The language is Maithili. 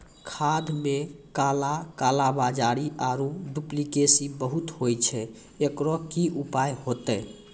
खाद मे काला कालाबाजारी आरु डुप्लीकेसी बहुत होय छैय, एकरो की उपाय होते?